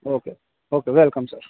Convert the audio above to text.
okay okay welcome sir